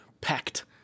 packed